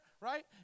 right